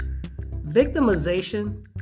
Victimization